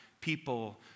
people